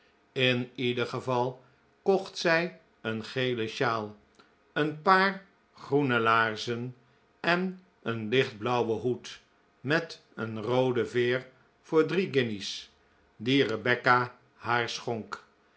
in ieder geval kocht zij een gele sjaal een paar groene laarzen en een licht blauwen hoed met een roode veer voor drie guinjes die rebecca haar schonk